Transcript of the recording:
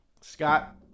Scott